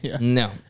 No